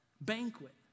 banquet